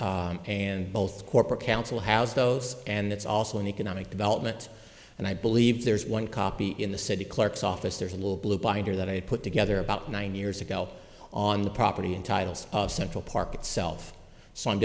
touch and both corporate council has those and it's also an economic development and i believe there's one copy in the city clerk's office there's a little blue binder that i put together about nine years ago on the property in titles of central park itself so i'm